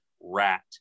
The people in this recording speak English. Rat